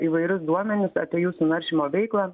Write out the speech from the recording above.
įvairius duomenis apie jūsų naršymo veiklą